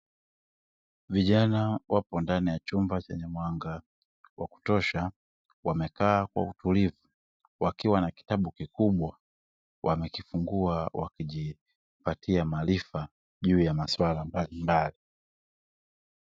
Vijana wapo ndani ya chumba chenye mwanga wa kutosha wamekaa kwa utulivu, wakiwa na kitabu kikubwa wamekifungua wakijipatia maarifa juu ya masuala mbalimbali.